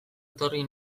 etorri